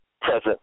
present